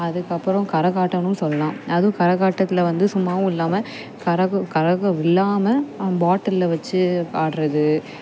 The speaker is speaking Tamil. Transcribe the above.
அதுக்கப்புறம் கரகாட்டம்னும் சொல்லாம் அதுவும் கரகாட்டத்தில் வந்து சும்மாவும் இல்லாமல் கரகம் கரகம் இல்லாமல் பாட்டிலில் வெச்சு ஆடுறது